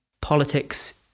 politics